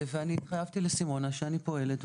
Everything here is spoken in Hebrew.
אני התחייבתי לסימונה שאני פועלת,